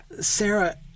Sarah